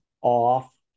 off